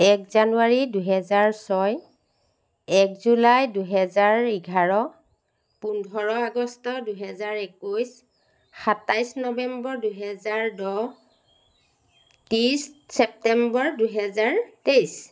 এক জানুৱাৰী দুহেজাৰ ছয় এক জুলাই দুহেজাৰ ইঘাৰ পোন্ধৰ আগষ্ট দুহেজাৰ একৈছ সাতাইছ নৱেম্বৰ দুহেজাৰ দহ ত্ৰিছ ছেপ্তেম্বৰ দুহেজাৰ তেইছ